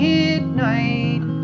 Midnight